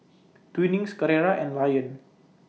Twinings Carrera and Lion